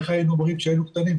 איך היינו אומרים כשהיינו קטנים?